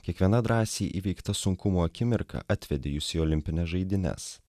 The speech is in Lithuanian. kiekviena drąsiai įveikta sunkumų akimirka atvedė jus į olimpines žaidynes